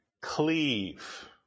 Cleave